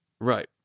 Right